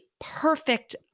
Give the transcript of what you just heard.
perfect